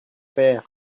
père